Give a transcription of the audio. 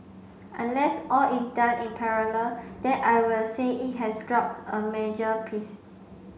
unless all is done in parallel then I will say it has dropped a major piece